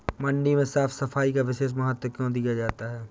मंडी में साफ सफाई का विशेष महत्व क्यो दिया जाता है?